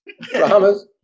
Promise